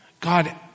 God